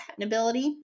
patentability